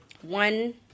one